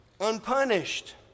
unpunished